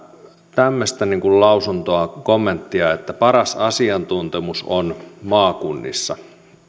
tämmöistä lausuntoa kommenttia että paras asiantuntemus on maakunnissa